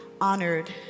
honored